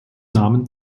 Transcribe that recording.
nahmen